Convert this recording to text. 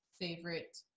favorite